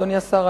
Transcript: אדוני השר,